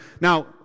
Now